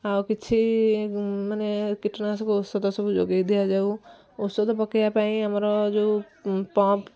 ଆଉ କିଛି ମାନେ କୀଟନାଶକ ଔଷଧ ସବୁ ଯୋଗାଇ ଦିଆଯାଉ ଔଷଧ ପକାଇବା ପାଇଁ ଆମର ଯେଉଁ ପମ୍ପ